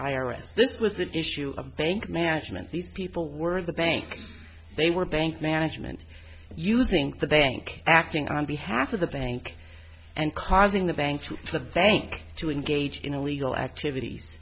s this was an issue of bank management these people were the bank they were bank management you think the bank acting on behalf of the bank and causing the bank to the bank to engage in illegal activities